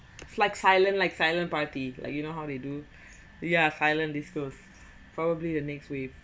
it's like silent like silent party like you know how they do yeah silent discos probably the next wave